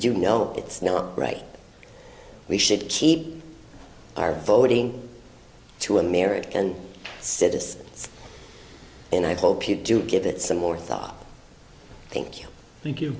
you know it's not great we should keep our voting to american citizens and i hope you do give it some more thought thank you thank you